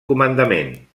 comandament